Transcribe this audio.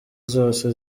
zose